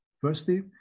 Firstly